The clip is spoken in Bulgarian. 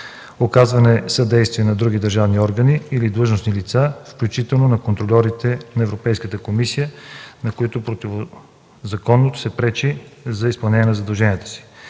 оказване съдействие на други държавни органи или длъжностни лица, включително на контрольорите на Европейската комисия, на които противозаконно се пречи при изпълнение на задълженията им;